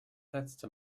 letzte